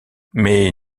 mais